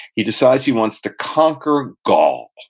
he decides he wants to conquer gaul,